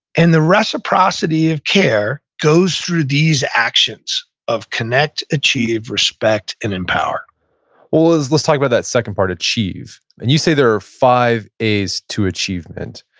and the reciprocity of care goes through these actions of connect, achieve, respect, and empower well, let's talk about that second part, achieve. and you say there are five a's to achievement.